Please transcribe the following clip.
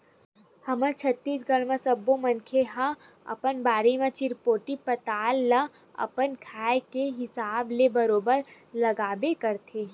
हमर छत्तीसगढ़ म सब्बो मनखे मन ह अपन बाड़ी म चिरपोटी पताल ल अपन खाए के हिसाब ले बरोबर लगाबे करथे